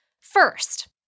First